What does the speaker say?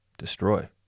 destroy